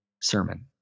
sermon